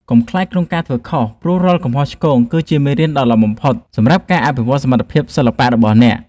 កុំខ្លាចក្នុងការធ្វើឱ្យខុសព្រោះរាល់កំហុសឆ្គងគឺជាមេរៀនដ៏ល្អបំផុតសម្រាប់ការអភិវឌ្ឍសមត្ថភាពសិល្បៈរបស់អ្នក។